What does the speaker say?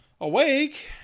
awake